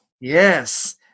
Yes